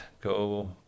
go